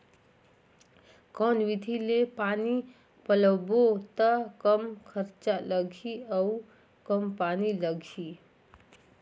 कौन विधि ले पानी पलोबो त कम खरचा लगही अउ कम पानी लगही?